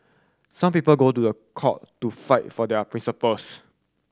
some people go to the court to fight for their principles